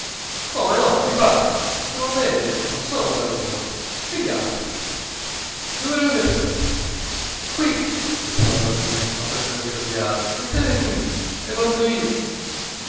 come no vi pare son mele non sono cannoni pigliatele dove le volete mettere qui disse la bambina aprendo il grembiale mettetele qui le porto io